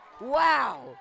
Wow